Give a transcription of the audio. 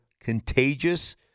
contagious